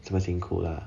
这么辛苦 lah